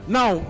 Now